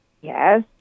Yes